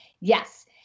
Yes